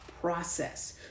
process